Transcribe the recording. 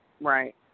Right